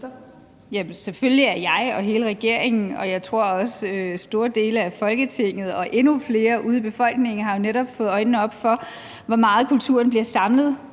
Selvfølgelig har jeg og hele regeringen, og jeg tror også store dele af Folketinget og endnu flere ude i befolkningen, jo netop fået øjnene op for, hvor meget kulturen bliver savnet,